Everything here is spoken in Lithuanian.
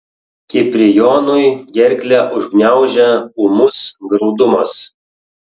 kiprijonui gerklę užgniaužia ūmus graudumas